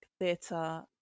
theatre